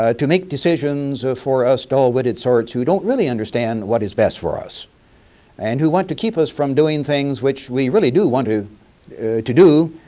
ah to make decisions for us to all witted sorts who don't really understand what is best for us and who want to keep us from doing things which we really do want to do,